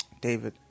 David